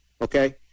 okay